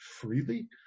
freely